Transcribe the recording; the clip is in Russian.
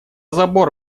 забор